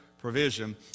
provision